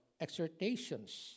exhortations